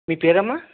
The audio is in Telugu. మీ పేరమ్మా